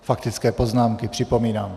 Faktické poznámky, připomínám.